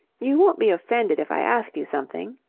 you won't be offended if i asked you something?